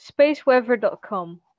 Spaceweather.com